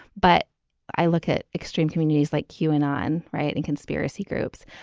but i look at extreme communities like q and on riot and conspiracy groups.